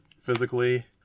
physically